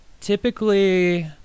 typically